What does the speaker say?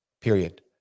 period